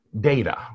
data